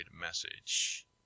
message